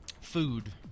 Food